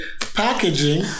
packaging